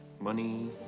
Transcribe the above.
money